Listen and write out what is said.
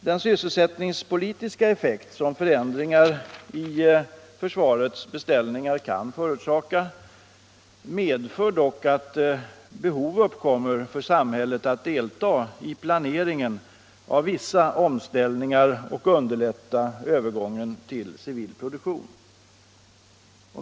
Den sysselsättningspolitiska effekt som förändringar i försvarets beställningar kan förorsaka medför dock att behov uppkommer för samhället att delta i planeringen av vissa omställningar för att underlätta övergången till civil produktion.